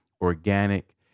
organic